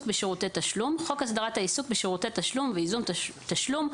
בשירותי תשלום" חוק הסדרת העיסוק בשירותי תשלום וייזום תשלום,